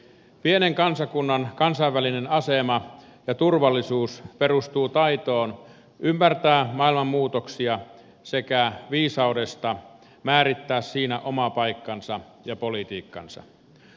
pienen kansakunnan kansainvälinen asema ja turvallisuus perustuu taitoon ymmärtää maailman muutoksia sekä viisauteen määrittää siinä oma paikkansa ja politiikkansa